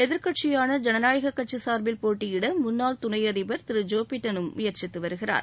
எதிர்க்கட்சியான ஜனநாயகக் கட்சி சார்பில் போட்டியிட முன்னாள் துணை அழிபர் திரு ஜோ பிடனும் முயற்சித்து வருகிறார்